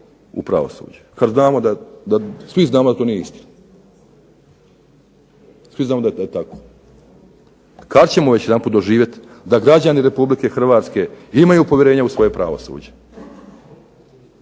u pravosuđe, kada svi znamo da to nije istina, svi znamo da to nije tako. Kada ćemo već jedanputa doživjeti da građani Republike Hrvatske imaju povjerenje u svoje pravosuđe,